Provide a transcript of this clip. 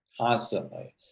constantly